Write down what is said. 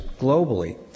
globally